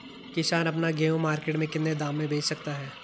किसान अपना गेहूँ मार्केट में कितने दाम में बेच सकता है?